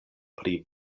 pri